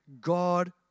God